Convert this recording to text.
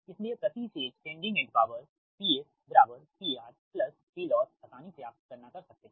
इसलिए प्रति phase sending end power PS PR PLossआसानी से आप गणना कर सकते हैं